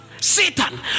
Satan